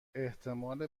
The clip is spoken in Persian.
احتمال